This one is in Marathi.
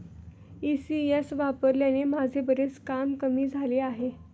ई.सी.एस वापरल्याने माझे बरेच काम कमी झाले आहे